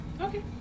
Okay